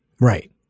Right